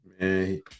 Man